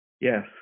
yes